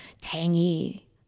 tangy